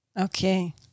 Okay